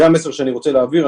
זה המסר שאני רוצה להעביר.